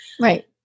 Right